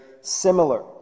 similar